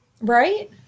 right